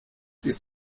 ist